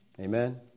Amen